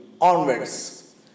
onwards